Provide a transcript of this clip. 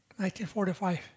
1945